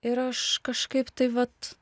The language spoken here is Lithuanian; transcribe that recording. ir aš kažkaip tai vat